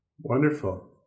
Wonderful